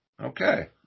Okay